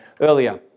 earlier